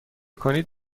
کنید